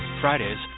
Fridays